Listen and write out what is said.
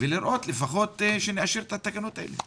ולראות שלפחות נאשר את התקנות האלה.